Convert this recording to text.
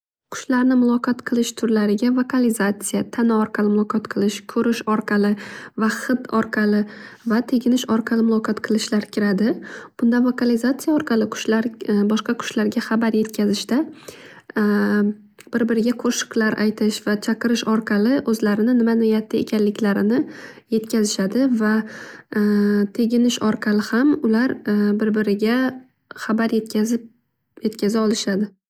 Qushlarni muloqot qilish turlariga vokalizatsiya, tana orqali muloqot qilish, ko'rish orqali va hid orqali va teginish orqali muloqot qilishlar kiradi. Bunda vokalizatsiya orqali qushlar boshqa qushlarga habar yetkazishda bir biriga qo'shiqlar aytish va chaqirish orqali o'zlarini nima niyatda ekanliklarini yetkazishadi va teginish orqali ham ular bir biriga habar yetkazib habar yetkaza olishadi.